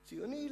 ציוני,